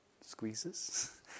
squeezes